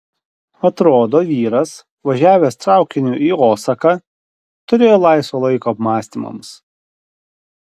atrodo vyras važiavęs traukiniu į osaką turėjo laisvo laiko apmąstymams